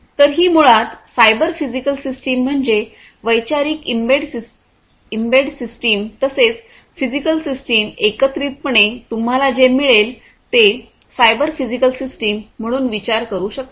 तर ही मुळात सायबर फिजिकल सिस्टीम म्हणजे वैचारिक एम्बेड सिस्टम तसेच फिजिकल सिस्टम एकत्रितपणे तुम्हाला जे मिळेल ते सायबर फिजिकल सिस्टम म्हणून विचार करू शकता